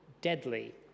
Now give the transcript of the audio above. deadly